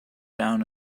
down